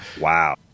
Wow